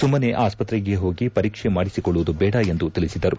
ಸುಮನೆ ಆಸ್ತತೆಗೆ ಹೋಗಿ ಪರೀಕ್ಷೆ ಮಾಡಿಸಿಕೊಳ್ಳುವುದು ಬೇಡ ಎಂದು ತಿಳಿಸಿದರು